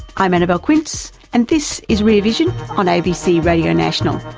i'm annabelle quince and this is rear vision on abc radio national.